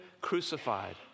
crucified